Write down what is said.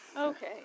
okay